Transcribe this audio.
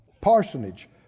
parsonage